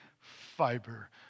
fiber